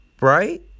right